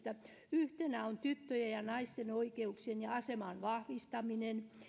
yhtenä on tyttöjen ja naisten oikeuksien ja aseman vahvistaminen